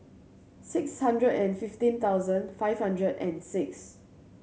six hundred and fifteen thousand five hundred and six